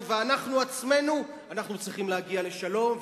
ואנחנו עצמנו אנחנו צריכים להגיע לשלום,